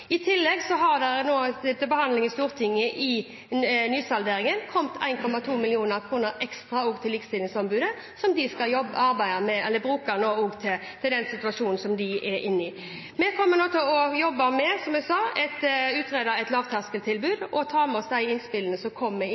I tillegg har det nå i nysalderingen i Stortinget kommet 1,2 mill. kr ekstra til Likestillingsombudet, som de skal bruke i den situasjonen de er i. Vi kommer nå, som jeg sa, til å jobbe med å utrede et lavterskeltilbud og ta med oss de innspillene som kommer i